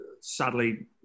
sadly